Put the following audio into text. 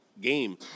game